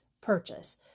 purchase